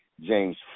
James